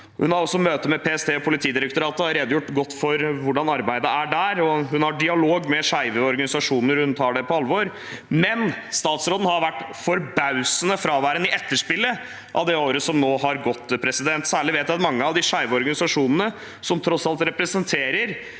Hun har også hatt møte med PST og Politidirektoratet og har redegjort godt for hvordan arbeidet er der. Hun har også dialog med skeive organisasjoner. Hun tar dette på alvor, men statsråden har vært forbausende fraværende i etterspillet av det året som nå har gått. Særlig vet jeg at mange av de skeive organisasjonene, som tross alt representerer